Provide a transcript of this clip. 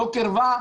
לא קרבה,